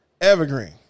Evergreen